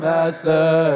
Master